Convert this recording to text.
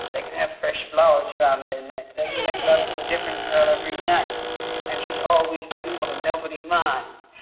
they can have fresh flowers around their neck. they can make love to a different girl every night and she's always beautiful and nobody minds.